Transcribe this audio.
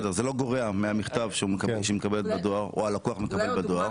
זה לא גורע מהמכתב שהיא מקבלת בדואר או הלקוח מקבל בדואר.